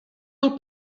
del